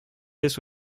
this